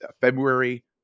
February